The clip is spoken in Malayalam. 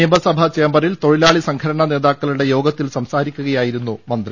നിയമസഭാ ചേംബറിൽ തൊഴിലാളി സംഘടനാ നേതാക്കളുടെ യോഗ ത്തിൽ സംസാരിക്കുകയായിരുന്നു മന്ത്രി